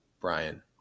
Brian